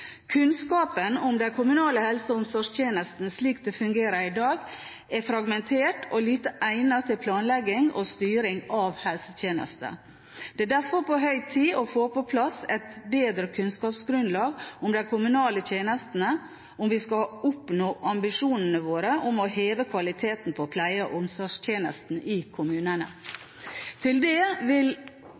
Kunnskapen om de kommunale helse- og omsorgstjenestene – slik det fungerer i dag – er fragmentert og lite egnet til planlegging og styring av helsetjenester. Det er derfor på høy tid å få på plass et bedre kunnskapsgrunnlag om de kommunale tjenestene, om vi skal oppnå ambisjonene om å heve kvaliteten på pleie- og omsorgstjenestene i kommunene. Til det vil